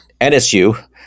NSU